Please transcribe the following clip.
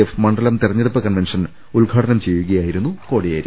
F മണ്ഡലം തെരഞ്ഞെടുപ്പ് convention ഉദ്ഘാടനം ചെയ്യുകയായിരുന്നു കോടിയേരി